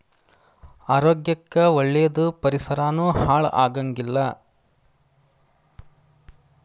ಆರೋಗ್ಯ ಕ್ಕ ಒಳ್ಳೇದ ಪರಿಸರಾನು ಹಾಳ ಆಗಂಗಿಲ್ಲಾ